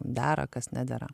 dera kas nedera